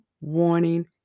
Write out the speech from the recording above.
warning